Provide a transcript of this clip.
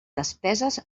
despeses